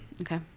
Okay